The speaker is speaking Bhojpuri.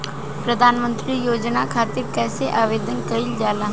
प्रधानमंत्री योजना खातिर कइसे आवेदन कइल जाला?